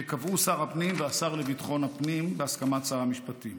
שקבעו שר הפנים והשר לביטחון הפנים בהסכמת שר המשפטים.